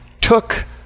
took